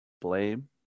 blame